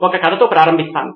ఒక కథతో ప్రారంభిస్తాను